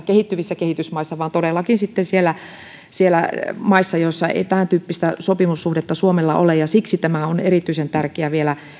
kehittyvissä kehitysmaissa vaan todellakin sitten niissä maissa joissa ei tämäntyyppistä sopimussuhdetta suomella ole siksi tämä on erityisen tärkeä vielä